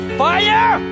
fire